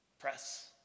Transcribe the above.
press